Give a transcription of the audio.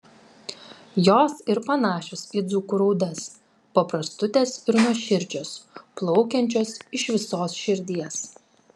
jos ir panašios į dzūkų raudas paprastutės ir nuoširdžios plaukiančios iš visos širdies